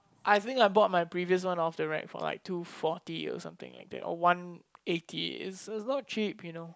I think I bought my previous one off the rack for like two forty or something like that or one eighty it's not cheap you know